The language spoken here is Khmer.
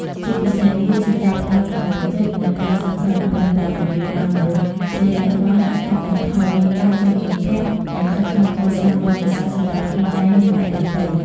ជាពិសេស វាជាការផ្តល់កម្លាំងចិត្ត និងក្តីសង្ឃឹម ព្រមទាំងបង្រៀនឲ្យមនុស្សចេះលះបង់ កាត់បន្ថយការជាប់ជំពាក់ និងខិតខំកសាងបុណ្យកុសលសម្រាប់ខ្លួនឯង និងអ្នកដទៃ។